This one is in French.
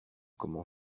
comment